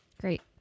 great